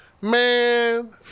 Man